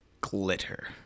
glitter